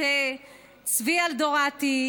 את צבי אלדורטי,